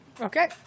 okay